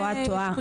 אז פה את טועה.